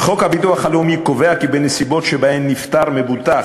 חוק הביטוח הלאומי קובע כי בנסיבות שבהן נפטר מבוטח